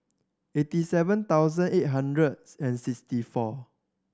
eighty seven thousand eight hundred and sixty four